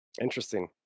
interesting